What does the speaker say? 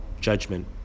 judgment